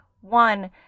one